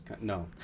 No